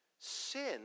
Sin